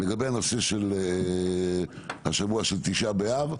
לגבי השבוע של תשעה באב,